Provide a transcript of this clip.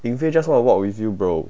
yin fei just want to walk with you bro